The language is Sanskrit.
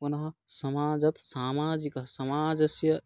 पुनः समाजात् सामाजिकः समाजस्य